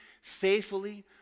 faithfully